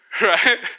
Right